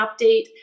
update